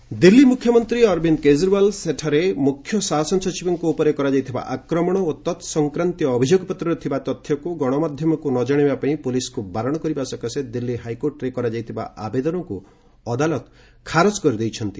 Delhi court Delhi ମୁଖ୍ୟମନ୍ତ୍ରୀ ଅରବିନ୍ଦ କେକରିୱାଲ ସେଠାରେ ମୁଖ୍ୟ ଶାସନସଚିବଙ୍କ ଉପରେ କରାଯାଇଥିବା ଆକ୍ରମଣ ଓ ତତ୍ସଂକ୍ରାନ୍ତୀୟ ଅଭିଯୋଗପତ୍ରରେ ଥିବା ତଥ୍ୟକୁ ଗଣମାଧ୍ୟମକୁ ନ ଜଣାଇବା ପାଇଁ ପୁଲିସ୍କୁ ବାରଣ କରିବା ସକାଶେ ଦିଲ୍ଲୀ ହାଇକୋର୍ଟରେ କରାଯାଇଥିବା ଆବେଦନକୁ ଅଦାଲତ ଖାରଜ କରିଦେଇଛନ୍ତି